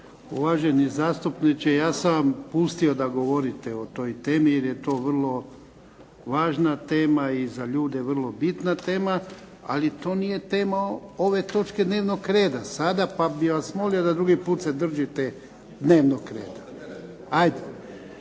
Uvaženi zastupniče ja sam vam pustio da govorite o toj temi jer je to vrlo važna tema i za ljude vrlo bitna tema, ali to nije tema ove točke dnevnog reda sada. Pa bi vas molio da drugi put se držite dnevnog reda. Nisam